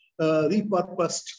repurposed